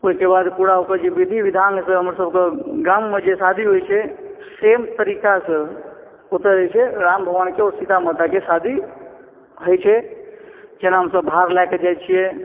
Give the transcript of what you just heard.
ओहिके बाद पूरा ओकर विधि विधान से हमर सबके गाममे जे शादी होइ छै सेम तरीक़ा सॅं ओतय जे छै राम भगवानके आओर सीता माता के शादी होइ छै जेना हमसब भाड़ लए कऽ जाइ छियै